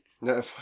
No